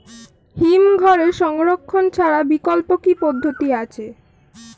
হিমঘরে সংরক্ষণ ছাড়া বিকল্প কি পদ্ধতি আছে?